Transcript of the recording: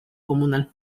comunal